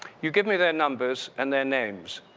you give me their numbers and their names.